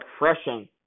refreshing